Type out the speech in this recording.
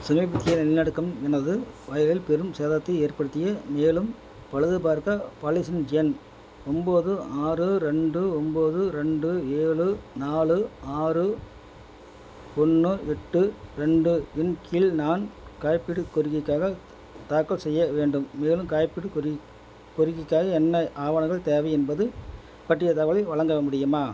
சமீபத்திய நிலநடுக்கம் எனது வயலில் பெரும் சேதத்தை ஏற்படுத்திய மேலும் பழுது பார்க்க பாலிசியின் எண் ஒம்பது ஆறு ரெண்டு ஒம்பது ரெண்டு ஏழு நாலு ஆறு ஒன்று எட்டு ரெண்டு இன் கீழ் நான் காப்பீடு கோரிக்கைக்காக தாக்கல் செய்ய வேண்டும் மேலும் காப்பீடு கோரிக் கோரிக்கைக்காக என்ன ஆவணங்கள் தேவை என்பது பற்றிய தகவலை வழங்க முடியுமா